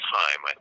time